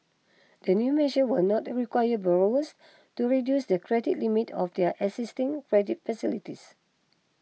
the new measure will not require borrowers to reduce the credit limit of their existing credit facilities